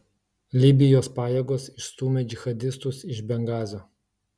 libijos pajėgos išstūmė džihadistus iš bengazio